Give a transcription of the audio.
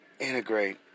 integrate